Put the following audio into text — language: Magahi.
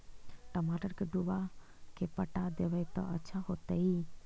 टमाटर के डुबा के पटा देबै त अच्छा होतई?